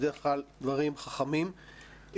בדרך כלל הדברים חכמים,